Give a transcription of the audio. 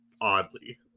oddly